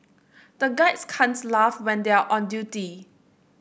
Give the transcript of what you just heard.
the guards can't laugh when they are on duty